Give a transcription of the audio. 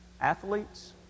athletes